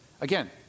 again